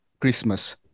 Christmas